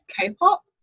k-pop